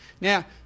Now